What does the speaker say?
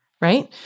Right